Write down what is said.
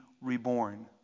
reborn